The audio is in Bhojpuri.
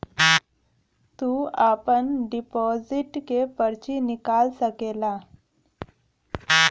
तू आपन डिपोसिट के पर्ची निकाल सकेला